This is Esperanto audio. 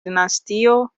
dinastio